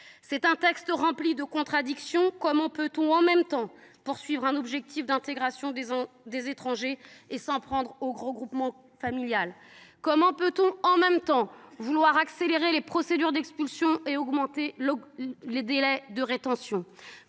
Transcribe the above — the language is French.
Ce texte est rempli de contradictions. Comment peut on, en même temps, poursuivre un objectif d’intégration des étrangers et s’en prendre au regroupement familial ? Comment peut on, en même temps, vouloir accélérer les procédures d’expulsion et augmenter l’ensemble des délais de rétention ?